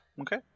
okay